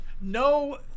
No